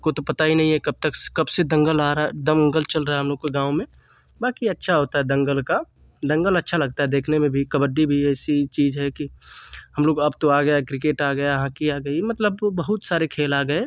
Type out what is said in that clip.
को तो पता ही नहीं है कब तक कब से दंगल आ रहा है दंगल चल रहा है हमलोग के गाँव में बाक़ी अच्छा होता है दंगल का दंगल अच्छा लगता है देखने में भी कबड्डी भी ऐसी चीज है कि हम लोग अब तो आ गया है क्रिकेट आ गया हॉकी आ गई मतलब बहुत सारे खेल आ गए